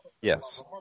Yes